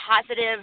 positive